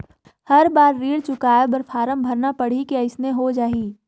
हर बार ऋण चुकाय बर फारम भरना पड़ही की अइसने हो जहीं?